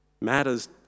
matters